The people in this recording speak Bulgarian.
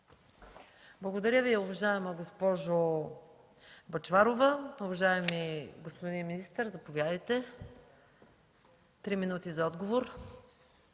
Благодаря Ви, уважаема госпожо Бъчварова. Уважаеми господин министър, заповядайте за отговор.